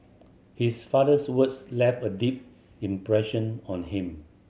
his father's words left a deep impression on him